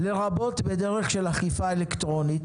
"לרבות בדרך של אכיפה אלקטרונית.